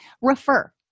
refer